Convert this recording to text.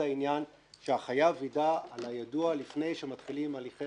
העניין שהחייב ידע על היידוע לפני שמתחילים הליכי